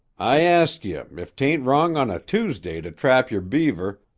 i ask ye, if t ain't wrong on a tuesday to trap yer beaver,